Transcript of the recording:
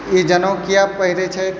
ई जनेऊ किएक पहिरै छथि